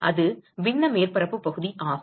அது பின்ன மேற்பரப்பு பகுதி ஆகும்